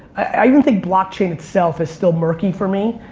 i even think blockchain itself is still murky for me,